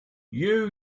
you